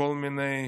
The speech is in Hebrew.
כל מיני